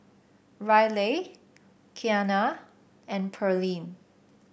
Ryleigh Kiana and Pearline